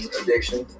addiction